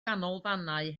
ganolfannau